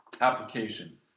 application